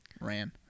ran